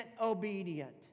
obedient